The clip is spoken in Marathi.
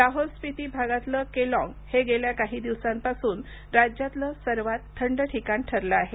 लाहोल स्पिती भागातलं केलाँग हे गेल्या काही दिवसांपासून राज्यातलं सर्वात थंड ठिकाण ठरलं आहे